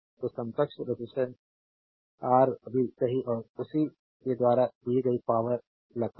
तो समकक्ष रेजिस्टेंस राब सही और उसी के द्वारा दिया पावरआह लगता है